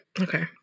okay